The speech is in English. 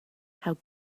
how